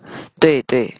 对对